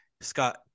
scott